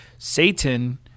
satan